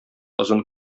озын